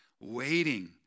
waiting